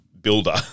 builder